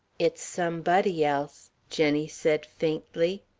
it's somebody else, jenny said faintly.